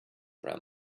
around